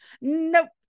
Nope